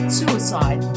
suicide